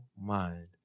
mind